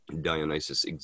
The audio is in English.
Dionysus